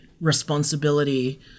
responsibility